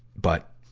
but,